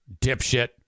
dipshit